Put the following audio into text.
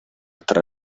tra